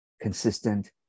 consistent